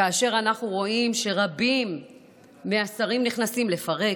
כאשר אנחנו רואים שרבים מהשרים נכנסים לפרק,